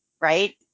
Right